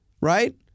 Right